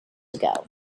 ago